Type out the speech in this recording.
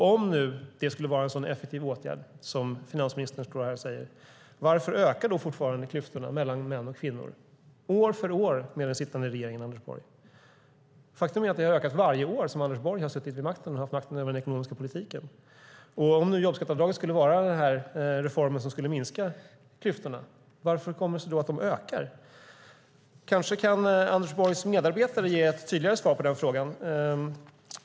Om det skulle vara en så effektiv åtgärd som finansministern står här och säger undrar jag: Varför ökar fortfarande klyftorna mellan män och kvinnor, år för år, med den sittande regeringen och Anders Borg? Faktum är att de har ökat varje år som Anders Borg har suttit vid makten och haft makten över den ekonomiska politiken. Om nu jobbskatteavdraget skulle vara reformen som skulle minska klyftorna undrar jag: Hur kommer det sig att de ökar? Kanske kan Anders Borgs medarbetare ge ett tydligare svar på den frågan.